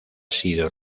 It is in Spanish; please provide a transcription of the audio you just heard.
sido